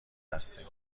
هستیم